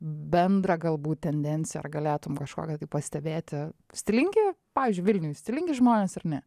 bendrą galbūt tendenciją ar galėtum kažkokią tai pastebėti stilingi pavyzdžiui vilniuj stilingi žmonės ir ne